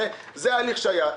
הרי זה ההליך שהיה.